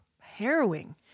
Harrowing